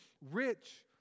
rich